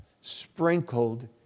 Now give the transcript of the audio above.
sprinkled